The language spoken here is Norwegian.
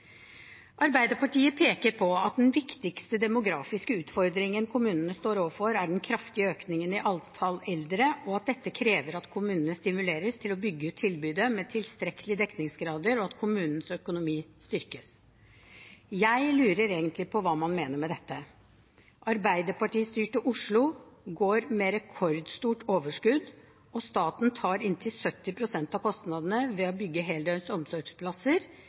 Arbeiderpartiet peker på at den viktigste demografiske utfordringen kommunene står overfor, er den kraftige økningen i antall eldre, at dette krever at kommunene stimuleres til å bygge ut tilbudet med tilstrekkelige dekningsgrader, og at kommunenes økonomi styrkes. Jeg lurer egentlig på hva man mener med dette. Arbeiderpartistyrte Oslo går med rekordstort overskudd, og staten tar inntil 70 pst. av kostnadene ved å bygge heldøgns omsorgsplasser.